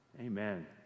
Amen